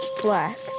black